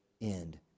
end